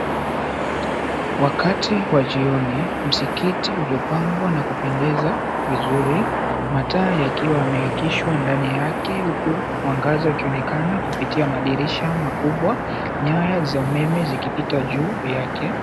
Wakati wa jioni msikiti uliopambwa na kupendeza vizuri, mataa yakiwa yameakishwa ndani yake huku mwangaza ukionekana kupitia madirisha makubwa. Nyaya za umeme zikipita juu yake.